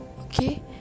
Okay